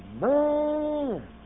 man